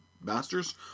master's